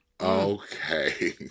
Okay